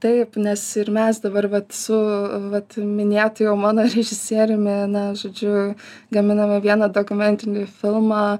taip nes ir mes dabar vat su vat minėtu jau mano režisieriumi na žodžiu gaminame vieną dokumentinį filmą